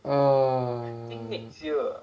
ah